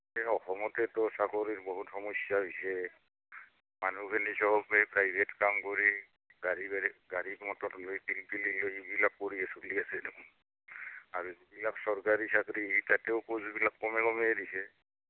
এই অসমতেতো চাকৰিৰ বহুত সমস্যা হৈছে মানুহগিলি চবে প্ৰাইভেট কাম কৰি গাড়ী বাৰী গাড়ী মটৰ লৈ পিলপিলিলৈ এইবিলাক কৰিয়ে চলি আছে দেখোন আৰু যিবিলাক চৰকাৰী চাকৰি তাতেও প'ষ্টবিলাক কমে কমেইহে দিছে